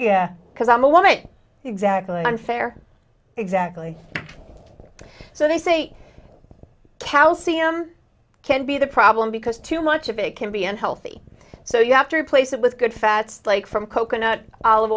yeah because i'm a woman exactly unfair exactly so they say calcium can be the problem because too much of it can be unhealthy so you have to replace it with good fats like from coconut olive